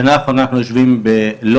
בשנה האחרונה אנחנו יושבים בלוד